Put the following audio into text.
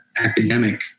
academic